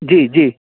जी जी